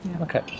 Okay